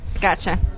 Gotcha